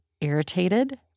irritated